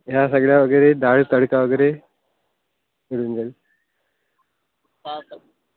ह्या सगळ्या वगैरे दाल तडका वगैरे मिळून जाईल